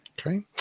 Okay